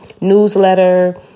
newsletter